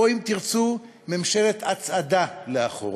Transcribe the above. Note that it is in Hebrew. או אם תרצו, ממשלת הצעדה לאחור.